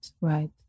right